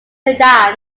sedan